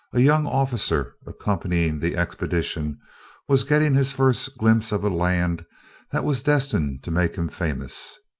a young officer accompanying the expedition was getting his first glimpse of a land that was destined to make him famous.